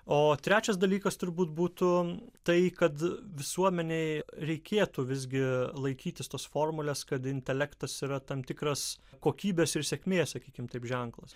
o trečias dalykas turbūt būtų tai kad visuomenei reikėtų visgi laikytis tos formulės kad intelektas yra tam tikras kokybės ir sėkmės sakykim taip ženklas